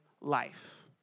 life